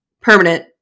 permanent